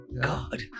god